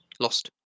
lost